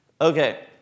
Okay